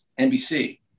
nbc